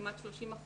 כמעט 30%,